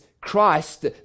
Christ